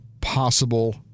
possible